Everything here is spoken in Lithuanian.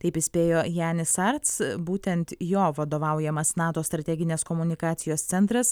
taip įspėjo janis ats būtent jo vadovaujamas nato strateginės komunikacijos centras